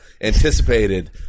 anticipated